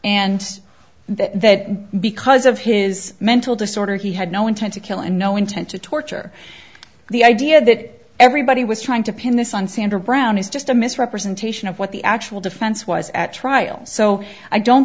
d that because of his mental disorder he had no intent to kill and no intent to torture the idea that everybody was trying to pin this on sandra brown is just a misrepresentation of what the actual defense was at trial so i don't